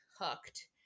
hooked